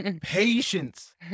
patience